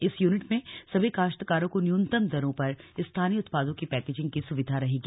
इस यूनिट में सभी काश्तकारों को न्यूनतम दरों पर स्थानीय उत्पादों की पैकेजिंग की सुविधा रहेगी